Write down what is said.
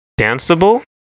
danceable